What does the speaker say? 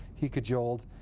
he cajoled.